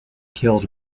kills